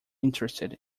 interested